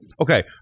Okay